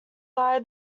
lie